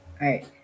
right